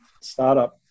startup